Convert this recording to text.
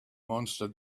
monster